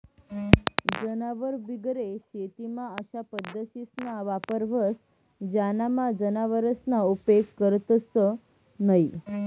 जनावरबिगेर शेतीमा अशा पद्धतीसना वापर व्हस ज्यानामा जनावरसना उपेग करतंस न्हयी